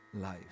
life